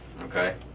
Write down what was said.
Okay